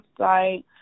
website